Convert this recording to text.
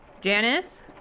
Janice